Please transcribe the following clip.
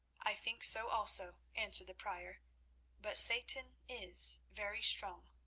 i think so also, answered the prior but satan is very strong.